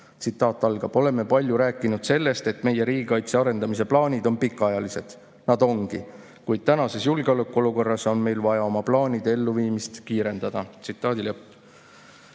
kõnepuldis: "Oleme palju rääkinud sellest, et meie riigikaitse arendamise plaanid on pikaajalised. Nad ongi. Kuid tänases julgeolekuolukorras on meil vaja oma plaanide elluviimist kiirendada." Järgmised